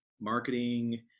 marketing